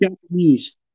Japanese